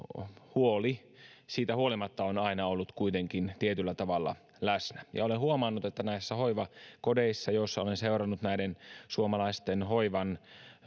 siitä huolimatta huoli on aina ollut kuitenkin tietyllä tavalla läsnä olen huomannut että näissä hoivakodeissa joissa olen seurannut suomalaisten hoivan